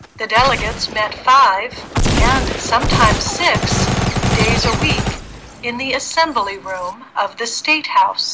the delegates met five and sometimes six days a week in the assembly room of the statehouse